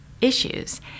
issues